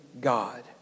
God